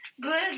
good